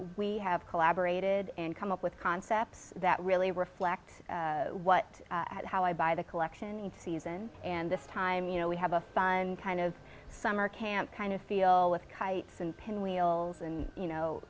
we have collaborated and come up with concepts that really reflect what how i buy the collection in season and this time you know we have a fun kind of summer camp kind of feel with kites and pinwheels and you know